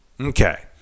Okay